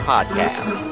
Podcast